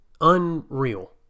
Unreal